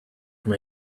from